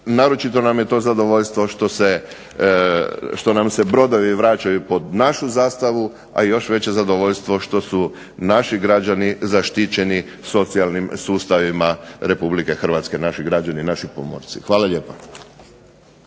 Naročito nam je to zadovoljstvo što nam se brodovi vraćaju pod našu zastavu, a još veće zadovoljstvo što su naši građani zaštićeni socijalnim sustavima Republike Hrvatske, naši građani, naši pomorci. Hvala lijepa.